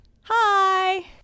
Hi